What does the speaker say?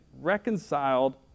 reconciled